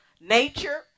nature